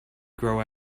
grow